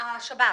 השב"ס.